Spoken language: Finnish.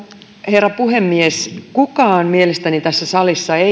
herra puhemies kukaan mielestäni tässä salissa ei